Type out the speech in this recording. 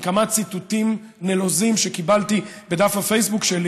אני אימנע מכמה ציטוטים נלוזים שקיבלתי בדף הפייסבוק שלי